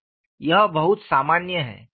यह बहुत सामान्य है